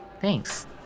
Thanks